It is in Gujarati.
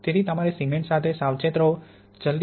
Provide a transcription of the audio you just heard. તેથી તમારા સિમેન્ટ સાથે સાવચેત રહો